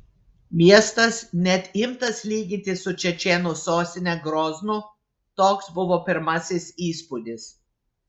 miestas net imtas lyginti su čečėnų sostine groznu toks buvo pirmasis įspūdis